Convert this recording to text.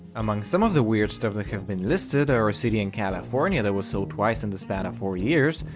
among some of the weird stuff that have been listed are a city in california that was sold twice in the span of four years,